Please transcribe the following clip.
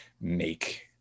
make